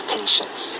patience